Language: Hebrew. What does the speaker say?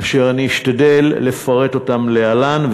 אשר אשתדל לפרט אותם להלן,